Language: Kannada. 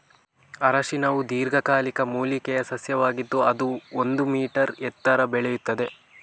ಅರಿಶಿನವು ದೀರ್ಘಕಾಲಿಕ ಮೂಲಿಕೆಯ ಸಸ್ಯವಾಗಿದ್ದು ಅದು ಒಂದು ಮೀ ಎತ್ತರ ಬೆಳೆಯುತ್ತದೆ